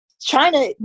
China